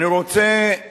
גם